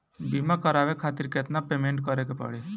बीमा करावे खातिर केतना पेमेंट करे के पड़ी?